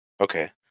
Okay